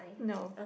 no